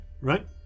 right